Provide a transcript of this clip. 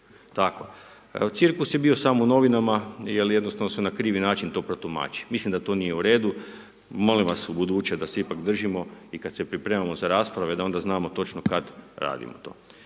Tako. Cirkus je bio samo u novinama jer jednostavno su na krivi način to protumačili, mislim da to nije u redu, molim vas ubuduće da se ipak držimo, i kad se pripremamo za rasprave da onda znamo točno kad radimo to.